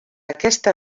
aquesta